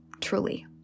truly